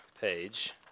page